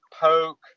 poke